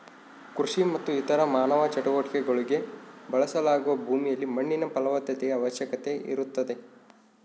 ಕೃಷಿ ಮತ್ತು ಇತರ ಮಾನವ ಚಟುವಟಿಕೆಗುಳ್ಗೆ ಬಳಸಲಾಗುವ ಭೂಮಿಗಳಲ್ಲಿ ಮಣ್ಣಿನ ಫಲವತ್ತತೆಯ ಅವಶ್ಯಕತೆ ಇರುತ್ತದೆ